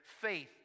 faith